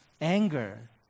anger